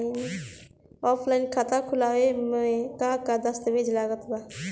Offline खाता खुलावे म का का दस्तावेज लगा ता?